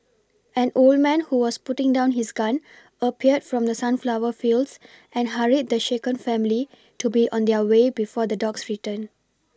an old man who was putting down his gun appeared from the sunflower fields and hurried the shaken family to be on their way before the dogs return